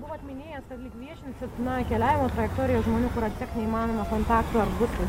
buvot minėjęs kad lyg viešinsit na keliavimo trajektorijas žmonių kur atsekt neįmanoma kontaktų ar bus tai